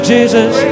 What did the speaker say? Jesus